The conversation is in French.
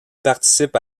participe